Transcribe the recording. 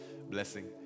blessing